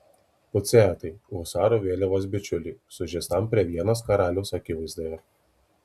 puciatai husarų vėliavos bičiuliui sužeistam prie vienos karaliaus akivaizdoje